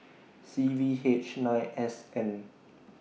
C V H nine S N